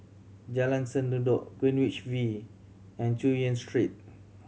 Jalan Sendudok Greenwich V and Chu Yen Street